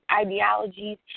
ideologies